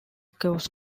cause